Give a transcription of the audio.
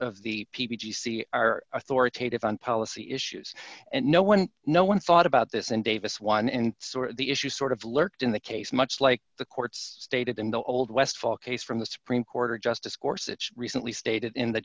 of the p p g c are authoritative on policy issues and no one no one thought about this in davis one and the issue sort of lurked in the case much like the courts stated in the old westfall case from the supreme court of justice course it's recently stated in the